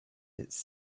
its